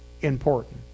important